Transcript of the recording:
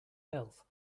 health